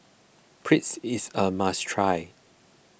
Pretzel is a must try